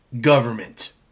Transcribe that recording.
government